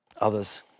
others